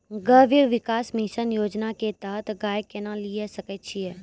गव्य विकास मिसन योजना के तहत गाय केना लिये सकय छियै?